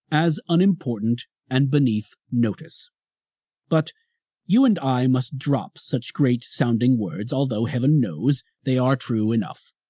as unimportant and beneath notice but you and i must drop such great-sounding words, although, heaven knows, they are true enough.